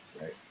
right